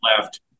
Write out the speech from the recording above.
left